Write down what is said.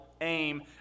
aim